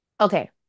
Okay